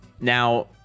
now